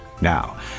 Now